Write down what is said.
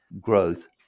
growth